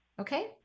Okay